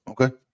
Okay